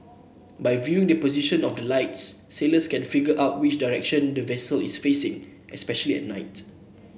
by viewing the position of the lights sailors can figure out which direction the vessel is facing especially at night